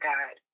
God